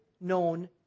known